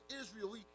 Israel